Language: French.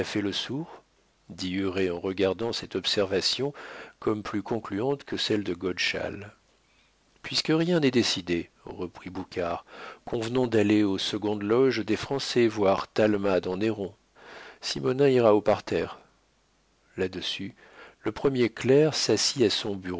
le sourd dit huré en regardant cette observation comme plus concluante que celle de godeschal puisque rien n'est décidé reprit boucard convenons d'aller aux secondes loges des français voir talma dans néron simonnin ira au parterre là-dessus le premier clerc s'assit à son